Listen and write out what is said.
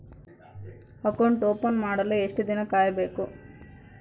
Account open ಮಾಡಲು ಎಷ್ಟು ದಿನ ಕಾಯಬೇಕು?